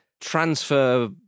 Transfer